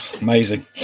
amazing